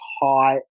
high